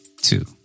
two